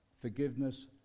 forgiveness